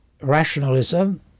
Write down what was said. Rationalism